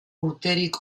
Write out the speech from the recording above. urterik